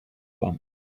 one